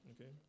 Okay